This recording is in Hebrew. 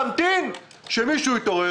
הערים לפעול איך שהם רוצים בערים שלהם,